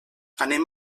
anem